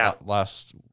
last